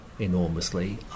enormously